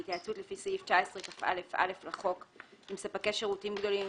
בהתייעצות לפי סעיף 19כא(א) לחוק עם ספקי שירותים גדולים,